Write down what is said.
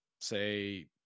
say